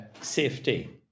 safety